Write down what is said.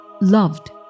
loved